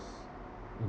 s~ mm